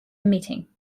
meeting